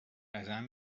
ازم